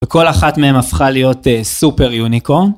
וכל אחת מהן הפכה להיות סופר יוניקורן